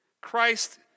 Christ